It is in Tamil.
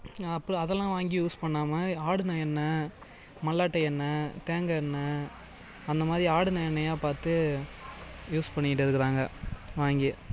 அப்புறம் அதெல்லாம் வாங்கி யூஸ் பண்ணாமல் ஆடின எண்ணெய் மல்லாட்ட எண்ணெய் தேங்காய் எண்ணெய் அந்தமாதிரி ஆடின எண்ணெயாக பார்த்து யூஸ் பண்ணிக்கிட்டு இருக்கிறாங்க வாங்கி